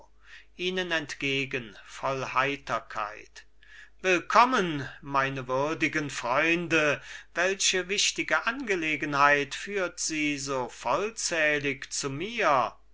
ihnen entgegen voll heiterkeit willkommen meine würdigen freunde welche wichtige angelegenheit führt sie so vollzählig zu mir